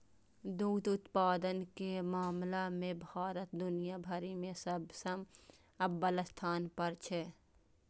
दुग्ध उत्पादन के मामला मे भारत दुनिया भरि मे सबसं अव्वल स्थान पर छै